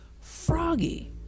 froggy